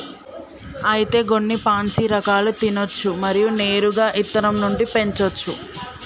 అయితే గొన్ని పాన్సీ రకాలు తినచ్చు మరియు నేరుగా ఇత్తనం నుండి పెంచోచ్చు